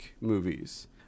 movies